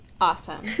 Awesome